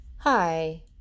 Hi